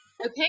Okay